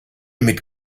mit